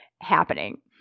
happening